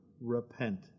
repent